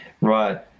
Right